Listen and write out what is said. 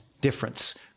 difference